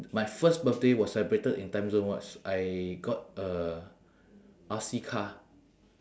my first birthday was celebrated in timezone was I got a R_C car